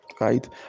right